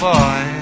boy